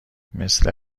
مثل